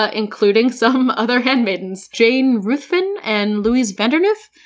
ah including some other handmaidens, jane ruthven and louise van der nooth,